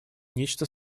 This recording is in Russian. нечто